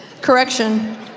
Correction